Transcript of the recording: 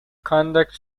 conduct